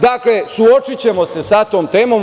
Dakle, suočićemo se sa tom temom.